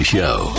Show